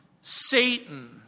Satan